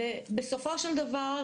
בסופו של דבר,